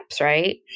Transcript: right